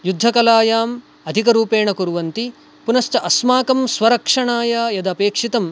युद्धकलायाम् अधिकरूपेण कुर्वन्ति पुनश्च अस्माकं स्वरक्षणाय यदपेक्षितम्